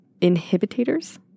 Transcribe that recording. Inhibitors